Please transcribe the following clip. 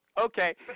Okay